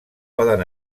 poden